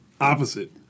opposite